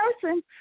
person